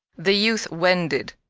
the youth wended,